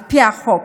על פי החוק,